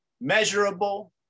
measurable